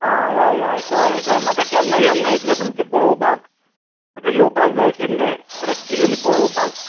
आं हय हय हय कळ्ळें कळ्ळें म्हाका केन्ना येवंक मेयटलें तुमचें पळोपाक म्हाका येवपाक जाय आशिल्लें प्रॅक्टीकली पळोपाक